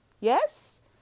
Yes